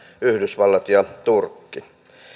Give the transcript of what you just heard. yhdysvallat ja turkki